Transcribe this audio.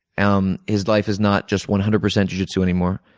um his life is not just one hundred percent jiu jitsu anymore.